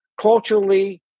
Culturally